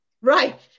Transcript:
Right